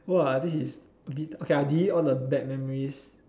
!wah! this is a bit okay I will delete all the bad memories